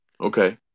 Okay